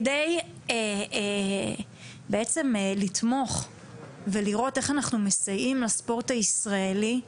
כדי לתמוך ולראות איך אנחנו מסייעים לספורט הישראלי,